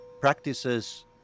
practices